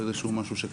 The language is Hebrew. או יש איזה משהו שקרה.